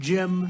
Jim